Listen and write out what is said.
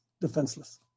Defenseless